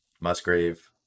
Musgrave